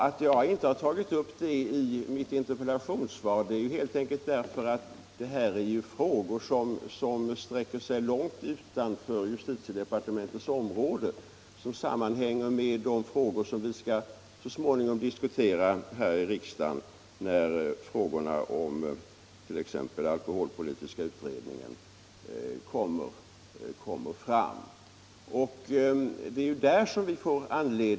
Att jag inte har tagit upp det i mitt svar beror helt enkelt på att detta är problem som sträcker sig långt utanför justitiedepartementets område och som sammanhänger med de frågor som vi så småningom skall diskutera i riksdagen när den alkoholpolitiska utredningen är klar.